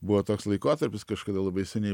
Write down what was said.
buvo toks laikotarpis kažkada labai seniai